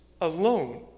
alone